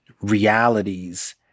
realities